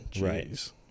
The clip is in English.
right